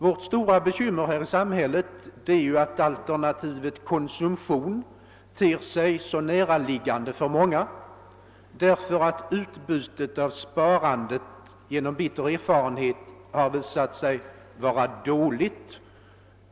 Vårt stora bekymmer här i samhället är att alternativet konsumtion ter sig så näraliggande för många, eftersom de av bitter erfarenhet vet att utbytet av sparande är dåligt.